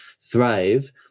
Thrive